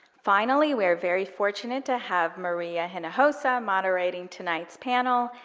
finally, we are very fortunate to have maria hinojosa moderating tonight's panel.